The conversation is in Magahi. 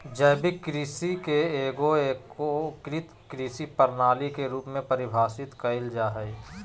जैविक कृषि के एगो एगोकृत कृषि प्रणाली के रूप में परिभाषित कइल जा हइ